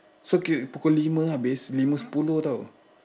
so ki~ pukul lima habis lima sepuluh tau